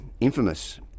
infamous